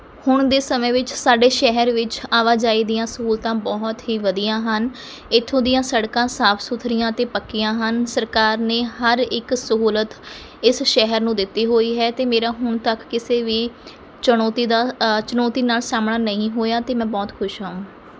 ਹੁਣ ਦੇ ਸਮੇਂ ਵਿੱਚ ਸਾਡੇ ਸ਼ਹਿਰ ਵਿੱਚ ਆਵਾਜਾਈ ਦੀਆਂ ਸਹੂਲਤਾਂ ਬਹੁਤ ਹੀ ਵਧੀਆ ਹਨ ਇੱਥੋਂ ਦੀਆਂ ਸੜਕਾਂ ਸਾਫ਼ ਸੁਥਰੀਆਂ ਅਤੇ ਪੱਕੀਆਂ ਹਨ ਸਰਕਾਰ ਨੇ ਹਰ ਇੱਕ ਸਹੂਲਤ ਇਸ ਸ਼ਹਿਰ ਨੂੰ ਦਿੱਤੀ ਹੋਈ ਹੈ ਅਤੇ ਮੇਰਾ ਹੁਣ ਤੱਕ ਕਿਸੇ ਵੀ ਚੁਣੌਤੀ ਦਾ ਚੁਣੌਤੀ ਨਾਲ ਸਾਹਮਣਾ ਨਹੀਂ ਹੋਇਆ ਅਤੇ ਮੈਂ ਬਹੁਤ ਖੁਸ਼ ਹਾਂ